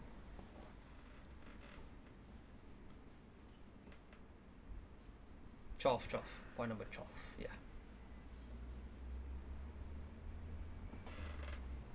twelve twelve point number twelve ya